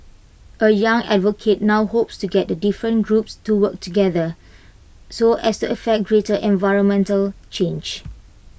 A young advocate now hopes to get the different groups to work together so as to effect greater environmental change